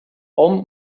hom